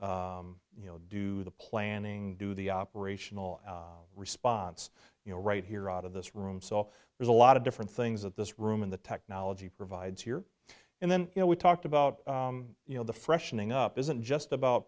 coordinate you know do the planning do the operational response you know right here out of this room so there's a lot of different things that this room and the technology provides here and then you know we talked about you know the freshening up isn't just about